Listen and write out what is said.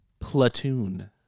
Platoon